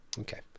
Okay